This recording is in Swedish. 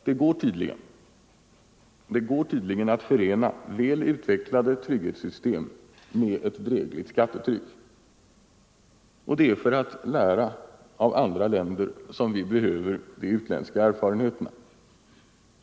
Det går tydligen att förena väl utvecklade trygghetssystem med drägligt skattetryck. Det är för att lära av andra länder som vi behöver de utländska erfarenheterna.